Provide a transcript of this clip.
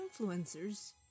influencers